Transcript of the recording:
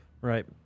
Right